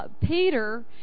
Peter